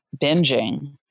binging